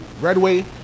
Redway